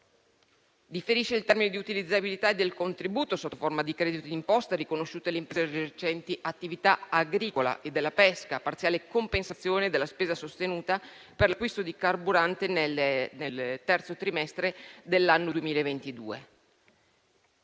differisce il termine di utilizzabilità del contributo sotto forma di credito d'imposta riconosciuto alle imprese esercenti attività agricola e della pesca a parziale compensazione della spesa sostenuta per l'acquisto di carburante nel terzo trimestre dell'anno 2022.